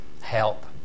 help